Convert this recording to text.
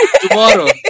Tomorrow